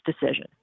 decision